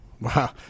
Wow